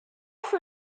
for